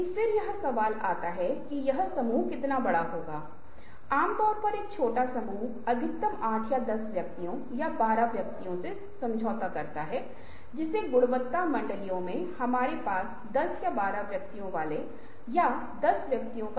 इसलिए आप एक सेट की पहचान कर सकते हैं कि एक उत्पाद को एक इच्छा जोड़ सकते हैं ताकि एक पेन के लिए इच्छाओं में सुधार हो सके सामग्री के कितने प्रकार हैं जिनसे बनाया जा सकता है